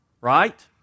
right